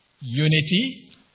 unity